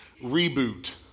reboot